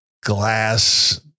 glass